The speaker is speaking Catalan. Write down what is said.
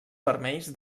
vermells